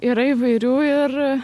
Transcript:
yra įvairių ir